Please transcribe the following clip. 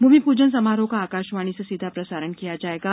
भूमि पूजन समारोह का आकाशवाणी से सीधा प्रसारण किया जाएगा